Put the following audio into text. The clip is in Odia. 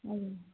ଆଜ୍ଞା